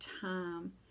time